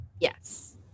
Yes